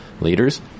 leaders